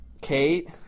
Kate